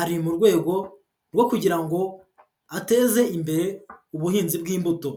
Ari mu rwego rwo kugira ngo ateze imbere ubuhinzi bw'imbuto.